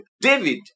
David